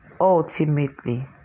Ultimately